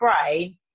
brain